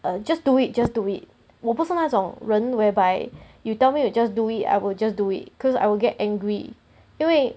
uh just do it just do it 我不是那种人 whereby you tell me you just do it I will just do it because I will get angry 因为